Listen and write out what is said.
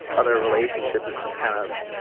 other relationships. it's this kind of